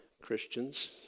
Christians